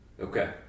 Okay